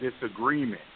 disagreement